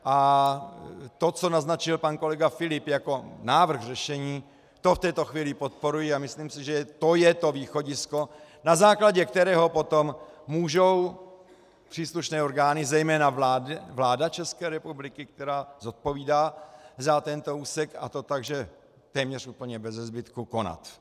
A to, co naznačil pan kolega Filip jako návrh řešení, to v této chvíli podporuji a myslím si, že to je to východisko, na základě kterého potom můžou příslušné orgány, zejména vláda ČR, která zodpovídá za tento úsek, a to tak, že téměř úplně bezezbytku, konat.